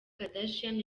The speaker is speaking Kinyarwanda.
kardashian